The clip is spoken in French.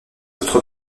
autres